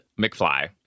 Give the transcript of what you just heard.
McFly